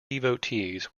devotees